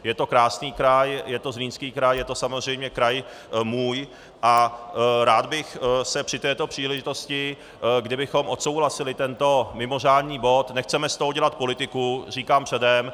Je to krásný kraj, je to Zlínský kraj, je to samozřejmě kraj můj a rád bych se při této příležitosti, kdybychom odsouhlasili tento mimořádný bod nechceme z toho dělat politiku, říkám předem.